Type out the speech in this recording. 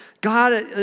God